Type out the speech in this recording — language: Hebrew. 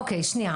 אוקי, שנייה.